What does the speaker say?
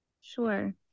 Sure